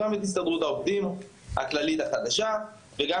גם את הסתדרות העובדים הכללית החדשה וגם